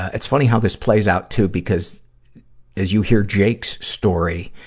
it's funny how this plays out too, because as you hear jake's story,